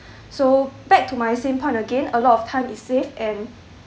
so back to my same point again a lot of time is saved and